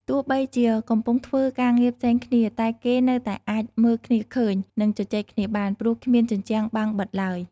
ទោះបីជាកំពុងធ្វើការងារផ្សេងគ្នា តែគេនៅតែអាចមើលគ្នាឃើញ និងជជែកគ្នាបាន ព្រោះគ្មានជញ្ជាំងបាំងបិទឡើយ។